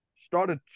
Started